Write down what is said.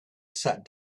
sat